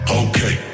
okay